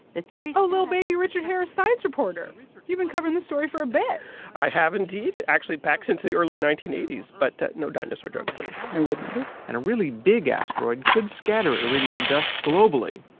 the theory. oh, little baby richard harris, science reporter you've been covering this story for a bit i have, indeed, actually, back since the early nineteen eighty s but no dinosaur jokes, please yeah i would never and a really big asteroid could scatter iridium dust globally.